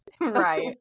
right